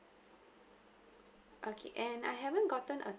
okay and I haven't gotten a